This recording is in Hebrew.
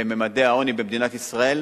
בממדי העוני במדינת ישראל.